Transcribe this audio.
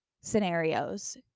scenarios